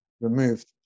removed